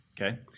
Okay